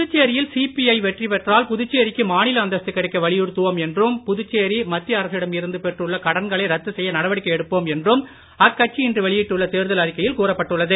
புதுச்சேரியில் சிபிஐ வெற்றி பெற்றால் புதுச்சேரிக்கு மாநில அந்தஸ்து கிடைக்க வலியுறுத்துவோம் என்றும் புதுச்சேரி மத்திய அரசிடம் இருந்து பெற்றுள்ள கடன்களை ரத்து செய்ய நடவடிக்கை எடுப்போம் என்றும் அக்கட்சி இன்று வெளியிட்டுள்ள தேர்தல் அறிக்கையில் கூறப்பட்டுள்ளது